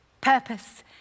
purpose